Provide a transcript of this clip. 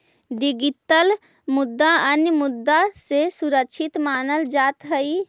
digital मुद्रा अन्य मुद्रा से सुरक्षित मानल जात हई